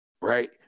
right